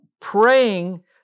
praying